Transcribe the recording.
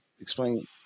explain